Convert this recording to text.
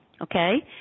Okay